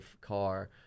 car